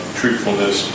truthfulness